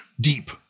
deep